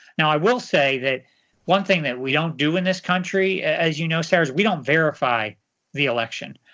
now i will say, that one thing that we don't do in this country, as you know, sarah, we don't verify the election.